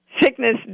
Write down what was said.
sickness